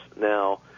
Now